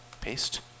Paste